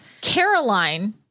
Caroline